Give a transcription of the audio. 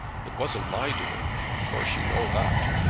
it wasn't my doing of course you know that.